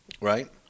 right